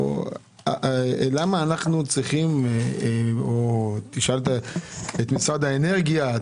אני שואל את משרד האנרגיה,